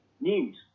news